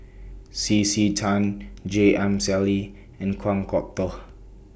C C Tan J M Sali and Kan Kwok Toh